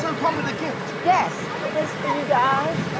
so come with a gift. yes, for you guys.